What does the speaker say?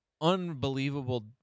unbelievable